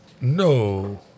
No